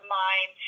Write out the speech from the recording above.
mind